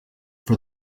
for